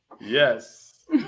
Yes